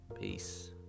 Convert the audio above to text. Peace